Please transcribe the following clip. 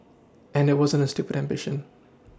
and it wasn't a stupid ambition